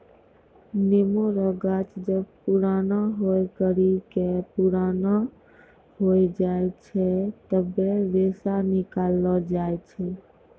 नेमो रो गाछ जब पुराणा होय करि के पुराना हो जाय छै तबै रेशा निकालो जाय छै